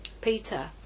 Peter